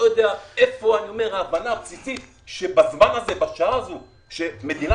איפה ההבנה הבסיסית שבזמן הזה,